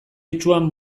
itsuan